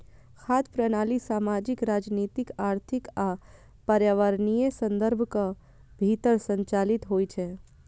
खाद्य प्रणाली सामाजिक, राजनीतिक, आर्थिक आ पर्यावरणीय संदर्भक भीतर संचालित होइ छै